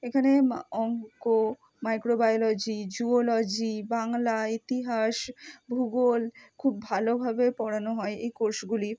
এখানে মা অঙ্ক মাইক্রোবায়োলজি জুওলজি বাংলা ইতিহাস ভূগোল খুব ভালোভাবে পড়ানো হয় এই কোর্সগুলি